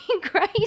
grace